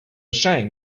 shame